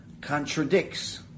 contradicts